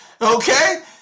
okay